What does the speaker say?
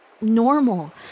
normal